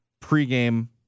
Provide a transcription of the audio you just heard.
pregame